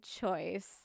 choice